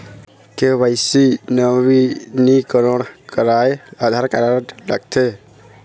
KYC नवीनीकरण करवाये Aadhaar card लगथे?